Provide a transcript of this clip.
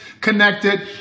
connected